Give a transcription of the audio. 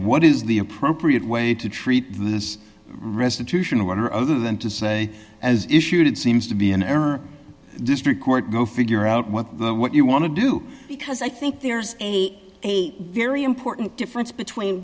what is the appropriate way to treat this restitution or whatever other than to say as issued seems to be an error this record go figure out what the what you want to do because i think there's a very important difference between